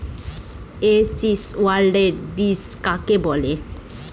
HYV বীজ কাকে বলে?